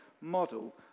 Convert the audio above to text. model